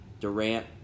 Durant